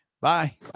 Bye